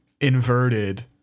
inverted